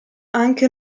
anche